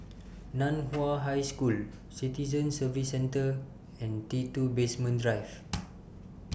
NAN Hua High School Citizen Services Centre and T two Basement Drive